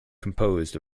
composed